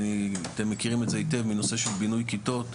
אתם מכירים את זה היטב מנושא של בינוי כיתות,